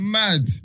mad